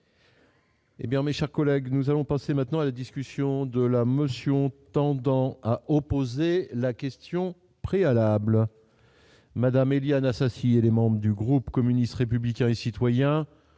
Eh bien, mes chers collègues, nous allons passer maintenant à la discussion de la motion tendant à opposer la question préalable Madame Éliane Assassi et les membres du groupe communiste républicain et citoyen